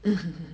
mm